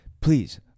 Please